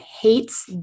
hates